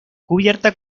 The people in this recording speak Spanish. cubierta